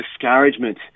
discouragement